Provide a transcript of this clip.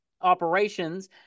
operations